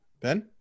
Ben